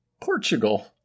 Portugal